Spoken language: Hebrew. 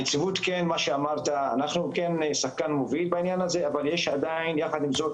הנציבות כן מובילים בעניין הזה אבל יש עדיין שחקנים